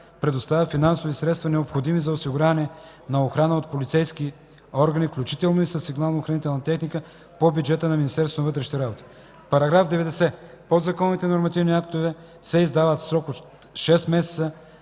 предоставя финансовите средства, необходими за осигуряване на охрана от полицейски органи, включително и със сигнално-охранителна техника по бюджета на Министерството на вътрешните работи. § 90. (1) Подзаконовите нормативни актове се издават в срок до 6 месеца